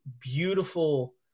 beautiful